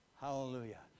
Hallelujah